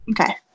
Okay